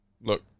look